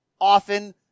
often